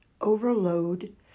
overload